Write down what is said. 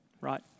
Right